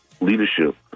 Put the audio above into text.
leadership